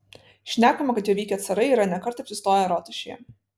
šnekama kad juo vykę carai yra ne kartą apsistoję rotušėje